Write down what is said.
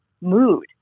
mood